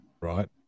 right